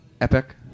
epic